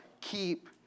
keep